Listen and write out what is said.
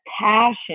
passion